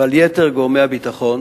ועל יתר גורמי הביטחון